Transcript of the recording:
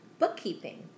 bookkeeping